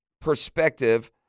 perspective